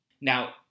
Now